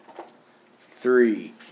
Three